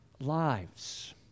lives